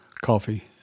coffee